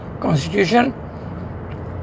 constitution